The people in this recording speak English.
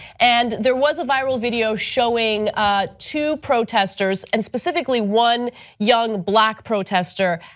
and there was a viral video showing two protesters, and specifically one young black protester,